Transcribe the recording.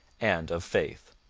and of faith.